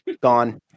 Gone